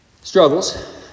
struggles